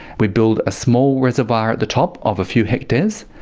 we build a small reservoir at the top of a few hectares,